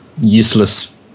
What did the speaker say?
useless